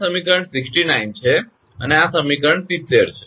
આ સમીકરણ 69 છે અને આ સમીકરણ 70 છે